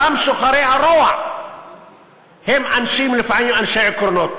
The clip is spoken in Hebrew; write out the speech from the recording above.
גם שוחרי הרוע הם לפעמים אנשי עקרונות.